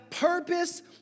Purpose